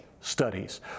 studies